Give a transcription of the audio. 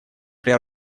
при